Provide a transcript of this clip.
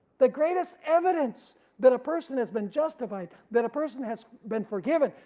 the greatest evidence that a person has been justified, that a person has been forgiven,